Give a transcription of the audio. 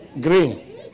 green